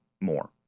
more